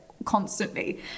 constantly